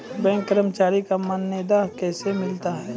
Bank कर्मचारी का मानदेय कैसे मिलता हैं?